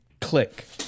click